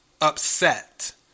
upset